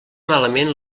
malament